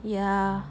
yeah